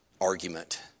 argument